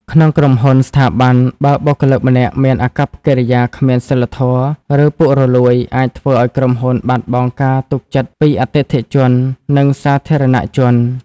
ក្នុងក្រុមហ៊ុន ស្ថាប័ន បើបុគ្គលិកម្នាក់មានអាកប្បកិរិយាគ្មានសីលធម៌ ឬពុករលួយ អាចធ្វើឲ្យក្រុមហ៊ុនបាត់បង់ការទុកចិត្តពីអតិថិជន និងសាធារណជន។